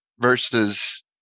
versus